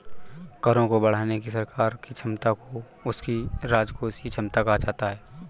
करों को बढ़ाने की सरकार की क्षमता को उसकी राजकोषीय क्षमता कहा जाता है